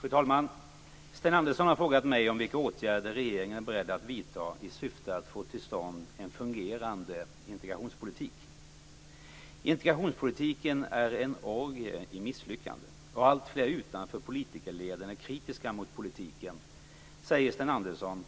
Fru talman! Sten Andersson har frågat mig vilka åtgärder regeringen är beredd att vidta i syfte att få till stånd en fungerande integrationspolitik. Integrationspolitiken är en orgie i misslyckande och alltfler utanför politikerleden är kritiska mot politiken, säger Sten Andersson,